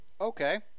Okay